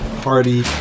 Party